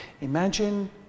Imagine